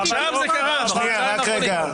עכשיו זה קרה, בחודשיים האחרונים.